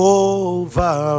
over